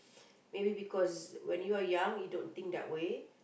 maybe because when you are young you don't think that way